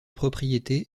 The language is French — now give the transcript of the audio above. propriétés